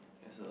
there's a